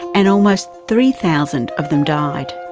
and almost three thousand of them died.